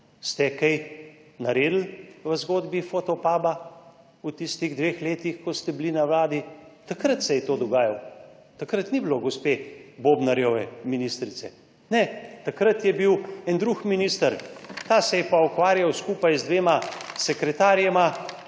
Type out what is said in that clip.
Ste kaj naredili v zgodbi Fotopuba v tistih dveh letih, ko ste bili na Vladi? Takrat se je to dogajalo, takrat ni bilo gospe Bobnarjeve, ministrice. Ne, takrat je bil en drug minister, ta se je pa ukvarjal skupaj z dvema sekretarjema,